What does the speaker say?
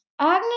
Agnes